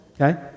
Okay